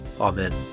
Amen